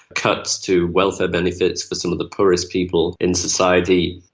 cuts to welfare benefits for some of the poorest people in society,